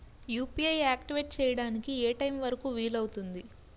UPI activate చెయ్యడానికి ఏ time వరుకు వీలు అవుతుంది?